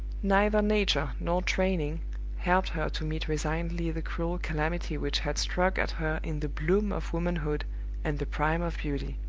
neither nature nor training helped her to meet resignedly the cruel calamity which had struck at her in the bloom of womanhood and the prime of beauty.